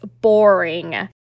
boring